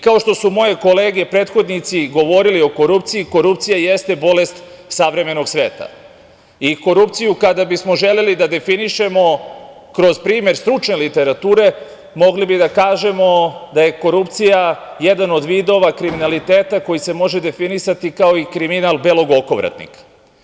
Kao što su moje kolege prethodnici govorili o korupciji – korupcija jeste bolest savremenog sveta i, kada bismo želeli da korupciju definišemo kroz primer stručne literature, mogli bi da kažemo da je korupcija jedan od vidova kriminaliteta koji se može definisati i kao kriminal „belog okovratnika“